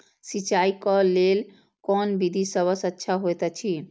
सिंचाई क लेल कोन विधि सबसँ अच्छा होयत अछि?